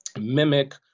mimic